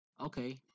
Okay